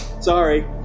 Sorry